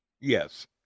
Yes